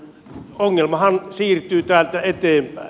ongelmahan siirtyy täältä eteenpäin